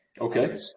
Okay